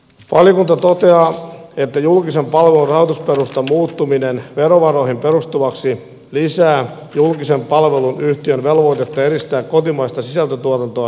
valiokunta toteaa että julkisen palvelun rahoitusperustan muuttuminen verovaroihin perustuvaksi lisää julkisen palvelun yhtiön velvoitetta edistää kotimaista sisältötuotantoa sen eri muodoissa